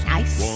Nice